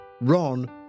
Ron